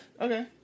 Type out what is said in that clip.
Okay